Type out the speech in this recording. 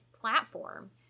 platform